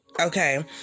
okay